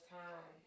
time